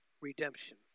redemption